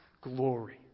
glory